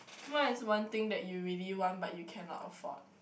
what is one thing that you really want but you cannot afford